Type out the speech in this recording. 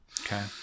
Okay